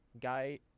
Guy